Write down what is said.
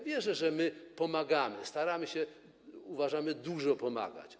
Wierzę, że pomagamy, staramy się, tak uważamy, dużo pomagać.